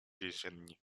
więzienni